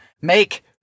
make